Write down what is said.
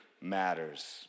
matters